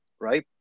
right